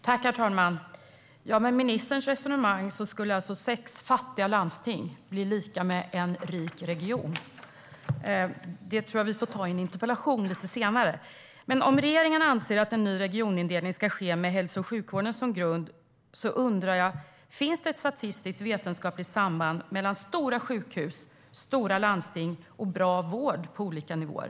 Herr talman! Med ministerns resonemang skulle alltså sex fattiga landsting bli lika med en rik region. Det här tror jag att vi får ta i en interpellationsdebatt lite senare. Om regeringen anser att en ny regionindelning ska ske med hälso och sjukvården som grund undrar jag: Finns det ett statistiskt vetenskapligt samband mellan stora sjukhus, stora landsting och bra vård på olika nivåer?